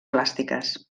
plàstiques